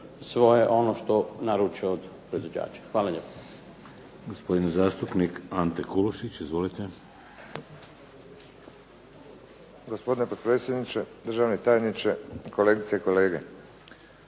sve ono što naručuju od proizvođača. Hvala lijepo.